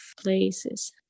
places